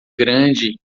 grande